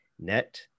net